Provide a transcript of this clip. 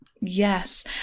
Yes